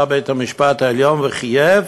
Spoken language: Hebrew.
בא בית-המשפט העליון וחייב